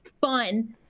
fun